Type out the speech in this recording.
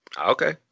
Okay